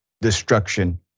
destruction